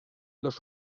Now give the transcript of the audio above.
los